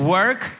work